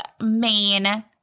main